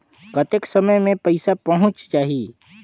कतेक समय मे पइसा पहुंच जाही?